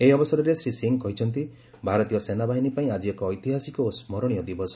ଏହି ଅବସରରେ ଶ୍ରୀ ସିଂହ କହିଛନ୍ତି ଭାରତୀୟ ସେନାବାହିନୀ ପାଇଁ ଆଜି ଏକ ଐତିହାସିକ ଓ ସ୍କରଣୀୟ ଦିବସ